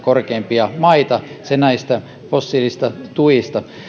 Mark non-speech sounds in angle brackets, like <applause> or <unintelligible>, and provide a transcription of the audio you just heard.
<unintelligible> korkeimmin verottavia maita se näistä fossiilisista tuista